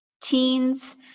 teens